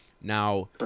now